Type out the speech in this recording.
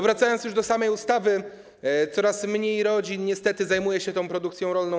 Wracając już do samej ustawy, coraz mniej rodzin niestety zajmuje się tą produkcją rolną.